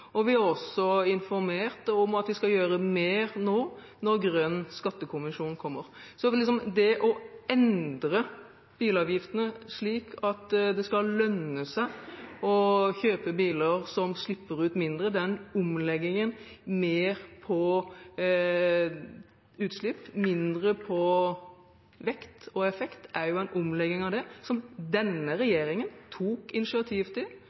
Vi har også informert om at vi skal gjøre mer når Grønn skattekommisjon kommer. Det å endre bilavgiftene slik at det skal lønne seg å kjøpe biler som slipper ut mindre, en omlegging med mer vekt på utslipp og mindre på vekt og effekt, er en omlegging som denne regjeringen tok initiativ til,